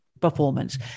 performance